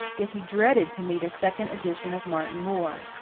yet he dreaded to meet a second edition of martin moore.